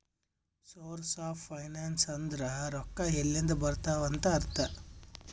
source of finance ಅಂದುರ್ ರೊಕ್ಕಾ ಎಲ್ಲಿಂದ್ ಬರ್ತಾವ್ ಅಂತ್ ಅರ್ಥ